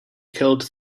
killed